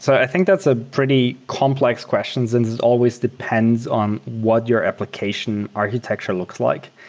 so i think that's a pretty complex questions and it always depends on what your application architecture looks like.